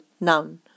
noun